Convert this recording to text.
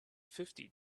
fifty